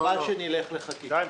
חבל שנלך לחקיקה.